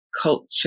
culture